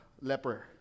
leper